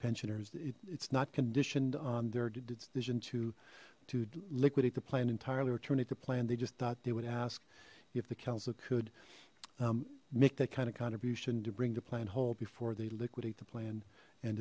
pensioners it's not conditioned on their decision to to liquidate the plan entirely returning to plan they just thought they would ask if the council could make that kind of contribution to bring the plan whole before they liquidate the plan and